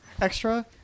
extra